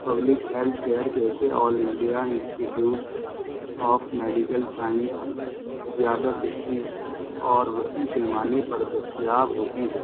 public health care جیسے all India institute of medical science زیادہ سستی اور وسیع پیمانے پر دستیاب ہوتی ہے